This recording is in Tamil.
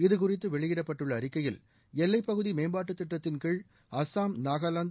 இது குறித்து வெளியிடப்பட்டுள்ள அறிக்கையில் எல்லைப் பகுதி மேம்பாட்டுத் திட்டத்தின் கீழ் அசாம் நாகாவாந்து